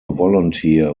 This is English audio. volunteer